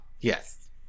Yes